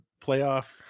playoff